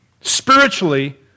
Spiritually